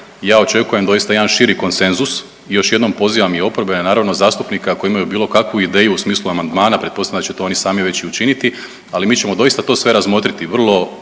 ja očekujem doista jedan širi konsenzus i još jednom pozivam i oporbene naravno zastupnike ako imaju bilo kakvu ideju u smislu amandmana, pretpostavljam da će to oni sami već i učiniti, ali mi ćemo doista to sve razmotriti, vrlo